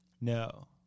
No